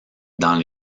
dans